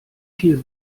viel